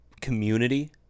community